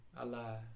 Allah